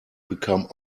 become